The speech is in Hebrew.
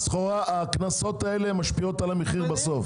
הקנסות האלה משפיעים על המחיר בסוף,